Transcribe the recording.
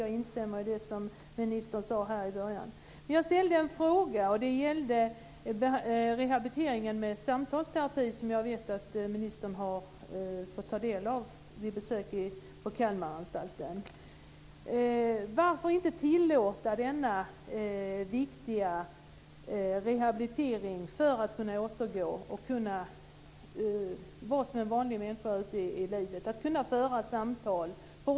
Jag instämmer i det ministern sade här i början. Jag ställde en fråga. Det gällde rehabilitering med samtalsterapi som jag vet att ministern har fått ta del av vid besök på Kalmaranstalten. Varför inte tillåta denna viktiga rehabilitering för att kunna återgå till samhället, kunna vara som en vanlig människa, kunna föra ett samtal?